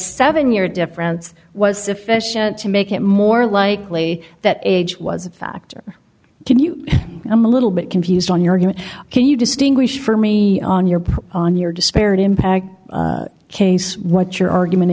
seven year difference was sufficient to make it more likely that age was a factor can you i'm a little bit confused on your q can you distinguish for me on your on your disparate impact case what your argument